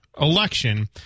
election